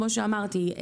כמו שאמרתי,